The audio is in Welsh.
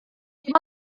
dim